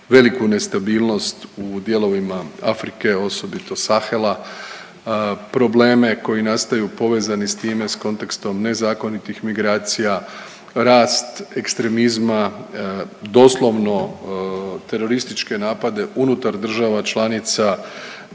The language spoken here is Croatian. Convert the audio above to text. veliku nestabilnost u dijelovima Afrike osobito Sahela, probleme koji nastaju povezani s time s kontekstom nezakonitih migracija, raste ekstremizma, doslovno terorističke napade unutar država članica,